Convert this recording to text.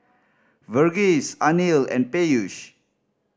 Verghese Anil and Peyush